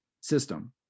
system